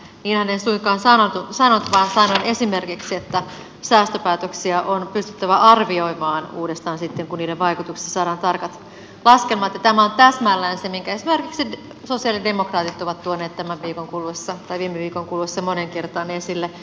niinhän en suinkaan sanonut vaan sanoin esimerkiksi että säästöpäätöksiä on pystyttävä arvioimaan uudestaan sitten kun niiden vaikutuksista saadaan tarkat laskelmat ja tämä on täsmälleen se minkä esimerkiksi sosialidemokraatit ovat tuoneet viime viikon kuluessa moneen kertaan esille